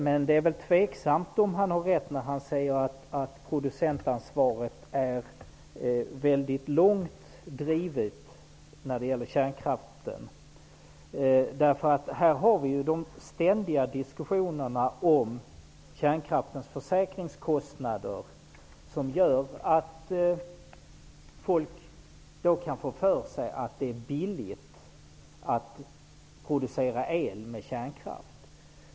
Men det är tveksamt om han har rätt när han säger att producentansvaret är mycket långt drivet när det gäller kärnkraften. Här har vi ju de ständiga diskussionerna om kärnkraftens försäkringskostnader, som gör att folk kan få för sig att det är billigt att producera el med kärnkraft.